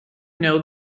know